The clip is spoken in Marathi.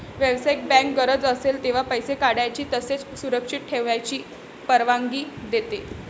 व्यावसायिक बँक गरज असेल तेव्हा पैसे काढण्याची तसेच सुरक्षित ठेवण्याची परवानगी देते